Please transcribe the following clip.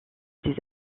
des